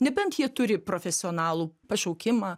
nebent jie turi profesionalų pašaukimą